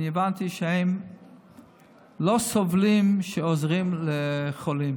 אני הבנתי שהם לא סובלים שעוזרים לחולים